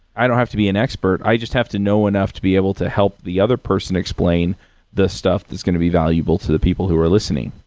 i don't have to be an expert. i just have to know enough to be able to help the other person explain the stuff that's to be valuable to the people who are listening.